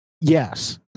Yes